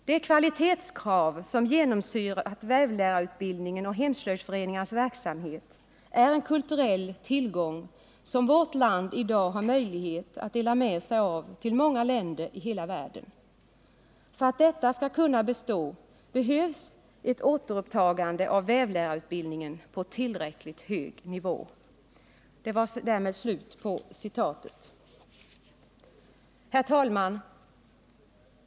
Det kvalitetskrav som genomsyrat vävlärarutbildningen och hemslöjdsföreningarnas verksamhet är en kulturell tillgång som vårt land i dag har möjlighet att dela med sig av till många länder i hela världen. För att detta skall kunna bestå behövs ett återupptagande av vävlärarutbildningen på tillräckligt hög nivå.” Herr talman!